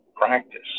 Practice